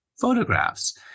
photographs